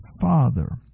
father